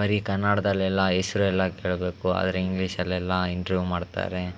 ಬರೀ ಕನ್ನಡದಲ್ಲೆಲ್ಲ ಹೆಸರೆಲ್ಲ ಕೇಳಬೇಕು ಆದರೆ ಇಂಗ್ಲೀಷಲ್ಲೆಲ್ಲ ಇಂಟ್ರ್ಯೂ ಮಾಡ್ತಾರೆ